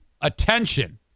attention